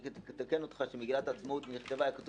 אני אתקן אותך שכשמגילת העצמאות נכתבה היה כתוב